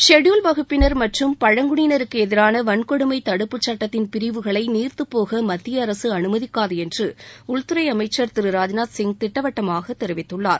scheduled வகுப்பினர் மற்றம் பழங்குடியினருக்கு எதிரான வன்கொடுமை தடுப்பு சட்டத்தின் பிரிவுகளை நீர்த்துப்போக மத்தியஅரசு அனுமதிக்காது என்று உள்துறை அமைச்சர் திரு ராஜ்நாத்சிங் திட்டவட்டமாக தெரிவித்துள்ளார்